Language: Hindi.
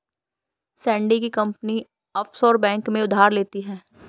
सैंडी की कंपनी ऑफशोर बैंक से उधार लेती है